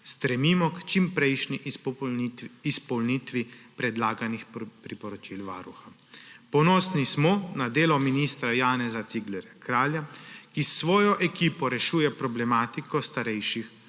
stremimo k čimprejšnji izpolnitvi predlaganih priporočil Varuha. Ponosni smo na delo ministra Janeza Ciglerja Kralja, ki s svojo ekipo rešuje problematiko starejših v